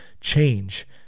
change